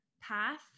path